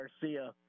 Garcia